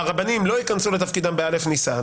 והרבנים לא ייכנסו לתפקידם בא' ניסן,